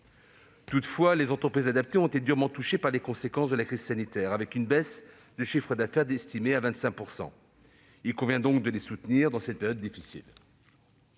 Toutefois, les entreprises adaptées ont été durement touchées par les conséquences de la crise sanitaire, avec une baisse de chiffre d'affaires estimée à 25 %. Il convient donc de les soutenir dans cette période difficile.